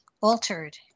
altered